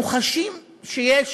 אנחנו חשים שיש